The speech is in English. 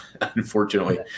Unfortunately